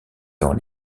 dans